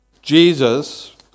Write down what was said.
Jesus